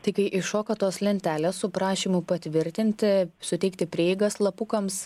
tai kai iššoka tos lentelės su prašymu patvirtinti suteikti prieigą slapukams